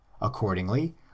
Accordingly